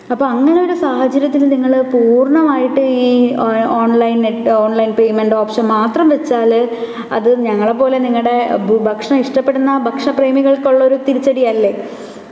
അപ്പോള് അങ്ങനെയൊരു സാഹചര്യത്തിൽ നിങ്ങള് പൂർണ്ണമായിട്ട് ഈ ഓൺലൈൻ നെറ്റോ ഓൺലൈൻ പേയ്മെന്റ് ഓപ്ഷൻ മാത്രം വച്ചാല് അത് ഞങ്ങളെ പോലെ നിങ്ങളുടെ ഭക്ഷണം ഇഷ്ടപ്പെടുന്ന ഭക്ഷണ പ്രേമികൾക്കുള്ള ഒരു തിരിച്ചടിയല്ലേ